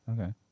Okay